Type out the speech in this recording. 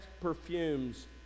perfumes